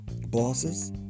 bosses